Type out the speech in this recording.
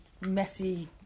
messy